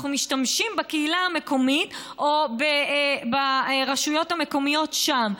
אנחנו משתמשים בקהילה המקומית או ברשויות המקומיות שם.